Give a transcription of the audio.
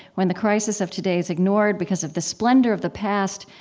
when the crisis of today is ignored because of the splendor of the past,